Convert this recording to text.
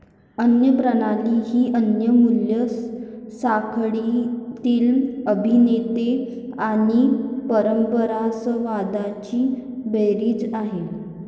अन्न प्रणाली ही अन्न मूल्य साखळीतील अभिनेते आणि परस्परसंवादांची बेरीज आहे